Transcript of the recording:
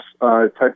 type